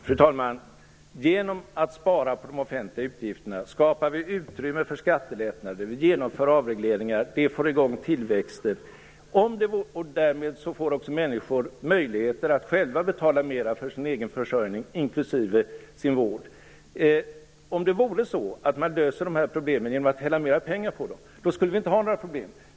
Fru talman! Genom att spara på de offentliga utgifterna skapar vi utrymme för skattelättnader. Vi genomför avregleringar. Det får i gång tillväxten, och därmed får också människor möjlighet att själva betala mera för sin egen försörjning, inklusive sin vård. Om det vore så att man löser de här problemen genom att hälla mera pengar på dem skulle vi inte ha några problem.